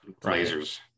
lasers